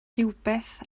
rhywbeth